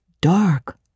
dark